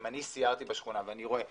אם אני סיירתי בשכונה ואני רואה כספומט,